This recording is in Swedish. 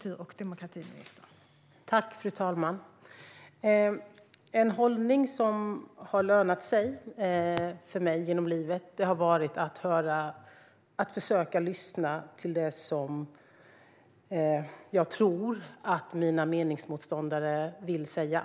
Fru talman! En hållning som har lönat sig för mig genom livet har varit att försöka lyssna till det som jag tror att mina meningsmotståndare vill säga.